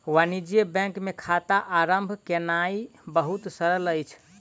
वाणिज्य बैंक मे खाता आरम्भ केनाई बहुत सरल अछि